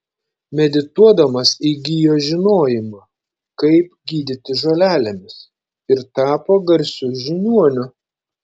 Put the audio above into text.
medituodamas įgijo žinojimą kaip gydyti žolelėmis ir tapo garsiu žiniuoniu